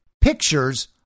pictures